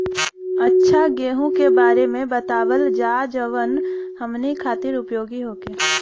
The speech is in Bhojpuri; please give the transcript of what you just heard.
अच्छा गेहूँ के बारे में बतावल जाजवन हमनी ख़ातिर उपयोगी होखे?